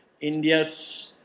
India's